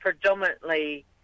predominantly